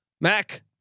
Mac